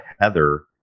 Heather